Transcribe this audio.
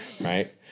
Right